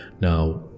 Now